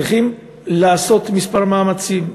צריכים לעשות כמה מאמצים.